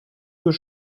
deux